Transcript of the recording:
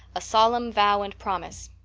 a solemn vow and promise